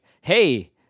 hey